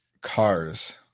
Cars